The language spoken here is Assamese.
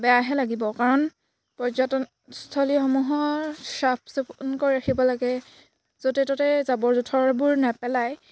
বেয়াহে লাগিব কাৰণ পৰ্যটনস্থলীসমূহৰ চাফ চিকুণ কৰি ৰাখিব লাগে য'তে ত'তে জাবৰ জোঁথৰবোৰ নেপেলায়